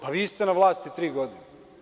Pa, vi ste na vlasti tri godine.